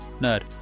nerd